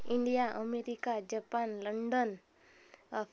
India America Japan London अक्